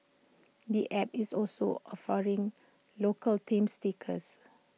the app is also offering local themed stickers